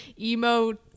emo